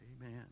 Amen